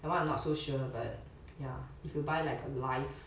that one I'm not so sure but ya if you buy like a life